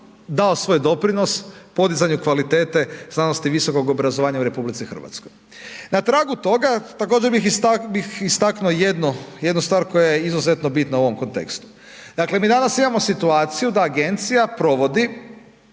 dao svoj doprinos podizanju kvalitete znanosti i visokog obrazovanja u RH. Na tragu toga također bih istaknuo jednu stvar koja je izuzetno bitna u ovom kontekstu. Dakle mi danas imamo situaciju da agencija provodi